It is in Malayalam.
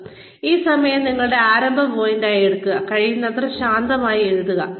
കൂടാതെ ഈ സമയം നിങ്ങളുടെ ആരംഭ പോയിന്റായി എടുക്കുക കഴിയുന്നത്ര ശാന്തമായി എഴുതുക